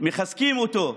מחזקים אותו,